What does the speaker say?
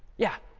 yeah.